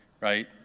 right